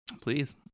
please